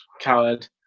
coward